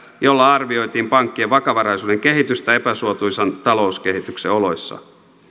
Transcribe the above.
jolla arvioitiin pankkien vakavaraisuuden kehitystä epäsuotuisan talouskehityksen oloissa